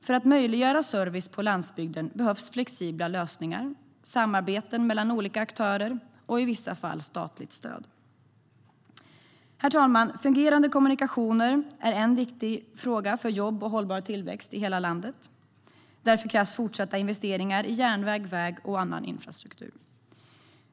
För att möjliggöra service på landsbygden behövs flexibla lösningar, samarbete mellan olika aktörer och i vissa fall statligt stöd. Herr talman! Fungerande kommunikationer är en viktig fråga för jobb och hållbar tillväxt i hela landet. Därför krävs fortsatta investeringar i järnväg, väg och annan infrastruktur.